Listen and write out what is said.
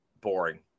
boring